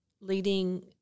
leading